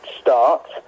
start